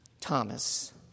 Thomas